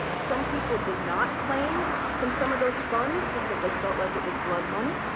some people did not claim from some of those funds because they felt like it was blood money.